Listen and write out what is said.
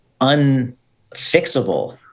unfixable